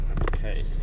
Okay